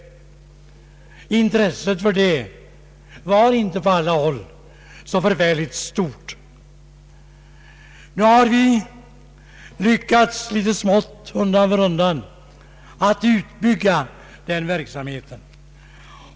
Intresset var inte på alla håll så förfärligt stort. Emellertid har vi lyckats att undan för undan bygga ut den verksamheten.